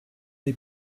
the